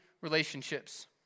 relationships